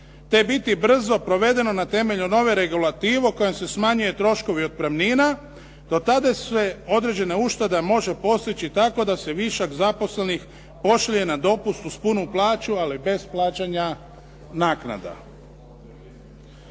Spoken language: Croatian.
te biti brzo provedeno na temelju nove regulative u kojoj se smanjuju troškovi otpremnina. Do tada se određene uštede mogu postići tako da se višak zaposlenih pošalje na dopust uz punu plaću, ali bez plaćanja naknada.